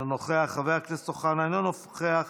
אינו נוכח,